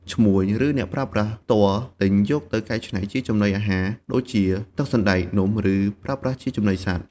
ឈ្មួញ ឬអ្នកប្រើប្រាស់ផ្ទាល់ទិញយកទៅកែច្នៃជាចំណីអាហារ ដូចជាទឹកសណ្ដែក នំ ឬប្រើប្រាស់ជាចំណីសត្វ។